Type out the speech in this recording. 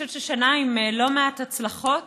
אני חושבת ששנה עם לא מעט הצלחות.